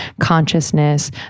consciousness